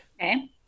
Okay